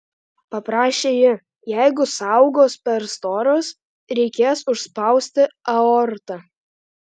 paprašė ji jeigu sąaugos per storos reikės užspausti aortą